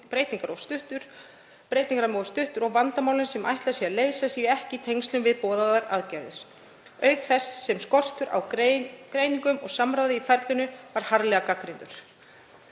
breytinga sé of stuttur og vandamálin sem ætlað sé að leysa séu ekki í tengslum við boðaðar aðgerðir, auk þess sem skortur á greiningum og samráði í ferlinu er harðlega gagnrýndur.